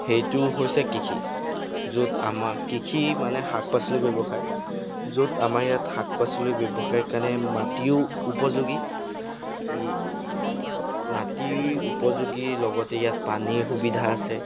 সেইটো হৈছে কৃষি য'ত আমাৰ কৃষি মানে শাক পাচলি ব্যৱসায় য'ত আমাৰ ইয়াত শাক পাচলি ব্যৱসায়ৰ কাৰণে মাটিও উপযোগী মাটি উপযোগীৰ লগতে ইয়াত পানীৰ সুবিধা আছে